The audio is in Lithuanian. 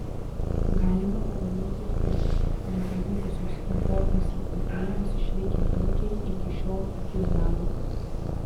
galima pamanyti ir taip nepavykusios reformos įkvėpėjams išlikę ūkiai iki šiol akis bado